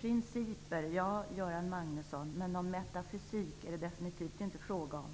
Principer finns det, Göran Magnusson, men någon metafysik är det definitivt inte fråga om.